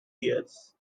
years